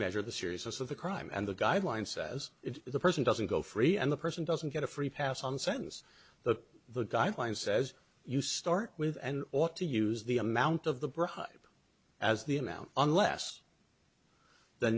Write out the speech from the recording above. measure the seriousness of the crime and the guideline says if the person doesn't go free and the person doesn't get a free pass on sense that the guideline says you start with and ought to use the amount of the bribe as the amount unless the